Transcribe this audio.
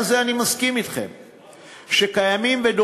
בעניין הזה אני מסכים אתכם,